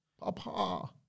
Papa